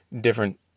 different